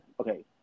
Okay